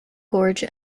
gorge